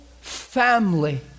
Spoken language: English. family